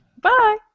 Bye